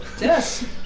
Yes